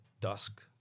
dusk